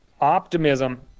optimism